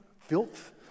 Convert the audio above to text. filth